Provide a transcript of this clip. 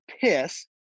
piss